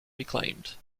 reclaimed